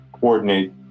coordinate